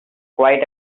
quite